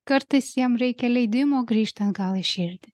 kartais jam reikia leidimo grįžt atgal į širdį